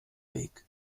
weg